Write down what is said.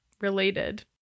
related